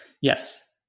Yes